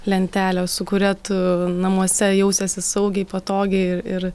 lentelė su kuria tu namuose jausiesi saugiai patogiai ir ir